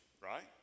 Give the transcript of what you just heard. right